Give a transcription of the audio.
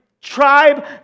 tribe